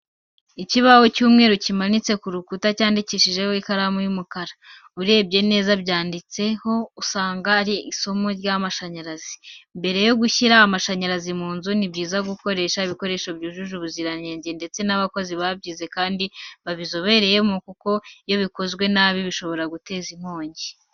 Ikibaho cy'umweru kimanitse ku rukuta cyandikishijeho ikaramu y'umukara. Urebye neza ibyanditseho usanga ari isomo ry'amashanyarazi. Mbere yo gushyira amashanyarazi mu nzu, ni byiza ko gukoresha ibikoresho byujuje ubuziranenge ndetse n'abakozi babyize kandi babizobereyemo kuko iyo bikozwe nabi bishobora gutera inkongi.